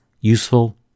Useful